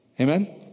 Amen